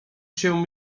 się